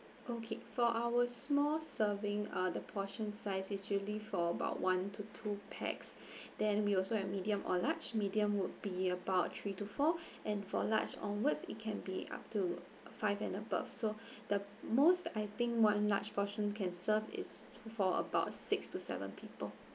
okay for our small serving uh the portion size actually for about one to two pax then we also have medium or large medium would be about three to four and for large onwards it can be up to five and above so the most I think one large portion can serve is for about six to seven people